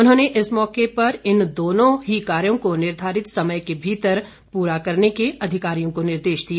उन्होंने इस मौके पर इन दोनों ही कार्यो को निर्धारित समय के भीतर पूरा करने के अधिकारियों को निर्देश दिए